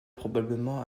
probablement